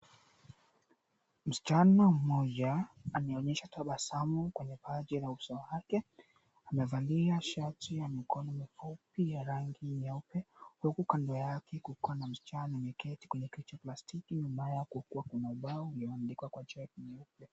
Msichana mmoja ameonyesha tabasamu kwenye paji la uso wake, amevalia shati ya mikono mifupi ya rangi nyeupe huku kando yake kukiwa na msichana ameketi kwenye kiti cha plastiki nyuma yake, kuna ubao ulioandikwa kwa chaki nyeupe.